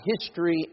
history